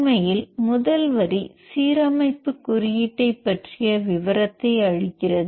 உண்மையில் முதல் வரி சீரமைப்பு குறியீட்டைப் பற்றிய விவரத்தை அளிக்கிறது